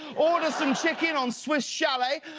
order some chicken on swiss chalet.